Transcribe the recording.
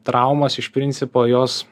traumos iš principo jos